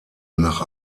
nach